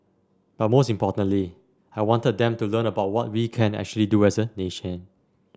but most importantly I wanted them to learn about what we can actually do as a nation